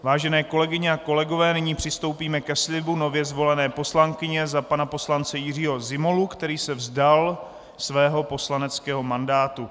Vážené kolegyně a kolegové, nyní přistoupíme ke slibu nově zvolené poslankyně za pana poslance Jiřího Zimolu, který se vzdal svého poslaneckého mandátu.